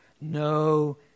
no